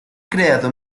creado